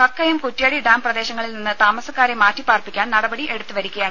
Kakkayam Kuttiyadi dam പ്രദേശങ്ങളിൽ നിന്ന് താമസക്കാരെ മാറ്റിപാർപ്പിക്കാൻ നടപടി എടുത്തുവരികയാണ്